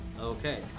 Okay